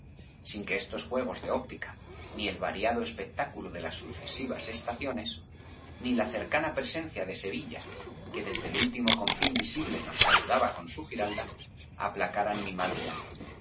sin que estos juegos de óptica ni el variado espectáculo de las sucesivas estaciones ni la cercana presencia de sevilla que desde el último confín visible nos saludaba con su giralda aplacaran mi mal humor